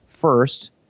First